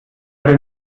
höre